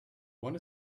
one